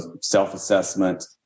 self-assessment